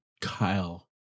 Kyle